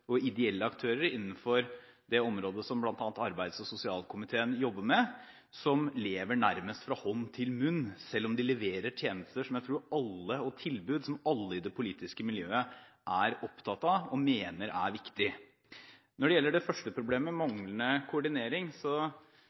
og ideelle aktører bl.a. innenfor det området som bl.a. arbeids- og sosialkomiteen jobber med, som lever nærmest fra hånd til munn, selv om de leverer tjenester og tilbud som jeg tror alle i det politiske miljøet er opptatt av og mener er viktig. Når det gjelder det første problemet, manglende koordinering,